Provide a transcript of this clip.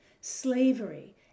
slavery